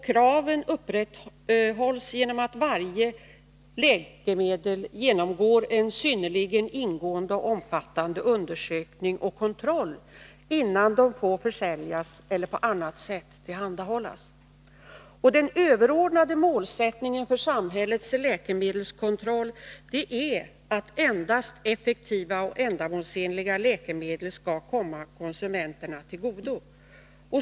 Kraven upprätthålls genom att varje läkemedel genomgår en synnerligen ingående och omfattande undersökning och kontroll innan det får försäljas eller på annat sätt tillhandahållas. Den överordnade målsättningen för samhällets läkemedelskontroll är att endast effektiva och ändamålsenliga läkemedel skall komma konsumenterna till godo.